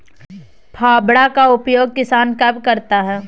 फावड़ा का उपयोग किसान कब करता है?